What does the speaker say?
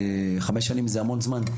חמש שנים זה המון זמן.